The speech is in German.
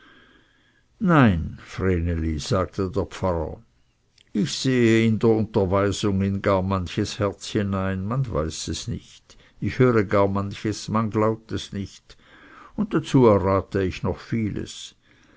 nein vreneli sagte der pfarrer ich sehe in der unterweisung in gar manches herz hinein man weiß es nicht ich höre gar manches man glaubt es nicht und dazu errate ich noch vieles